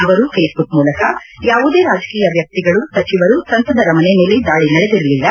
ಅವರು ಫೇಸ್ಬುಕ್ ಮೂಲಕ ಯಾವುದೇ ರಾಜಕೀಯ ವ್ಯಕ್ತಿಗಳು ಸಚಿವರು ಸಂಸದರ ಮನೆ ಮೇಲೆ ದಾಳಿ ನಡೆದಿರಲಿಲ್ಲ